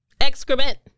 Excrement